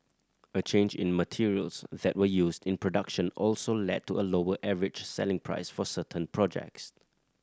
a change in materials that were used in production also led to a lower average selling price for certain projects